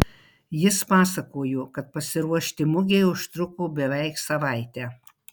jis pasakojo kad pasiruošti mugei užtruko beveik savaitę